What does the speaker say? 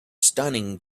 stunning